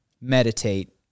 meditate